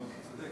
אדוני